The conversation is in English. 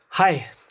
Hi